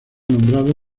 nombrado